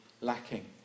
lacking